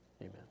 amen